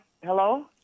hello